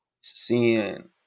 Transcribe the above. seeing